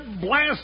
blast